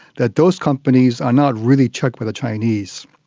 that those companies are not really checked by the chinese.